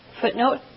Footnote